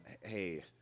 Hey